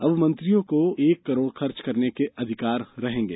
अब मंत्रियों को एक करोड़ खर्च करने के अधिकार रहेंगे